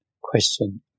Question